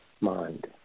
mind